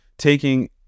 taking